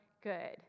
good